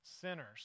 sinners